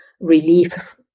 relief